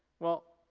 well,